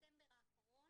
בספטמבר האחרון,